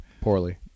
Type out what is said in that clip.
Poorly